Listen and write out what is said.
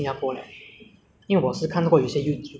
不然就去那边不动哪里 ah 去旅行 ah